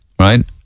right